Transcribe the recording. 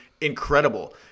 incredible